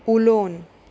उलोवन